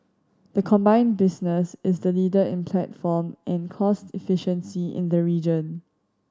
the combined business is the leader in platform and cost efficiency in the region